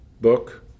book